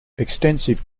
extensive